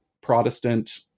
Protestant